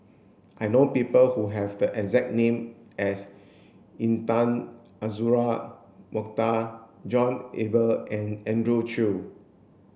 I know people who have the exact name as Intan Azura Mokhtar John Eber and Andrew Chew